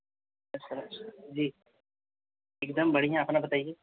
जी एकदम बढ़िया अपना बताइए